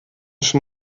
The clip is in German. schon